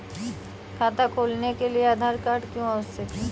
खाता खोलने के लिए आधार क्यो आवश्यक है?